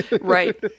right